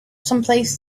someplace